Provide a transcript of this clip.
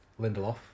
Lindelof